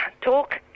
talk